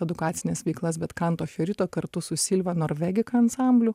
edukacines veiklas bet kanto ferito kartu su silva norvegika ansambliu